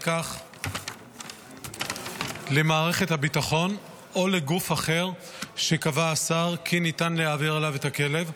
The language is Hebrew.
כך למערכת הביטחון או לגוף אחר שקבע השר כי ניתן להעביר אליו את הכלב,